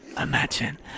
imagine